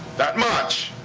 not much.